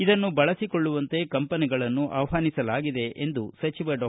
ಇದನ್ನು ಬಳಸಿಕೊಳ್ಳುವಂತೆ ಕಂಪನಿಗಳನ್ನು ಆಹ್ವಾನಿಸಲಾಗಿದೆ ಎಂದು ಡಾ